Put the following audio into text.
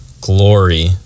glory